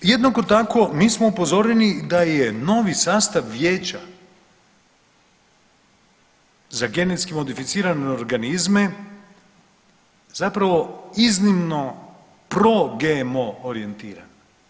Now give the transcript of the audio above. Jednako tako mi smo upozoreni da je novi sastav vijeća za genetski modificirane organizme zapravo iznimno progmo orijentiran.